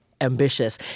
ambitious